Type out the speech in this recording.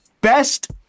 best